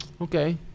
okay